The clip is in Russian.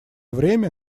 время